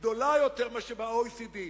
גדולה יותר מאשר ב-OECD.